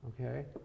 Okay